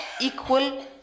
equal